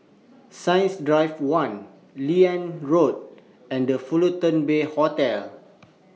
Science Drive one Liane Road and The Fullerton Bay Hotel